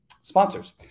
sponsors